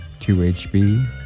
2HB